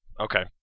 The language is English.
Okay